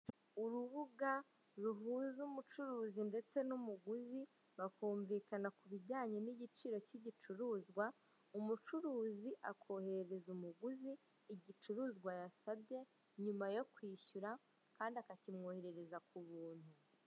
Urubuga ruhuza umucuruzi ndetse n'umuguzi bakumvikana kubijyanye nigiciro kigicuruzwa umucuruzi akoherereza umuguzi igicuruzwa yasabye nyuma yo kwishyura, Kandi akakimwoherereza kubuntu.